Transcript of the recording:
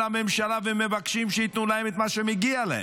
הממשלה ומבקשים שייתנו להם את מה שמגיע להם.